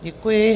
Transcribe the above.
Děkuji.